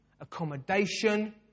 accommodation